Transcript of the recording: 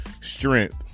strength